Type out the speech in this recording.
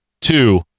two